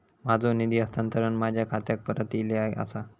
माझो निधी हस्तांतरण माझ्या खात्याक परत इले आसा